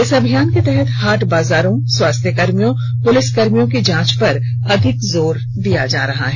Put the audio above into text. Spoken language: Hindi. इस अभियान के तहत हाट बाजारों स्वास्थ्य कर्मियों पुलिस कर्मियों की जांच पर अधिक जोर दिया जा रहा है